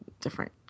different